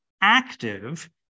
active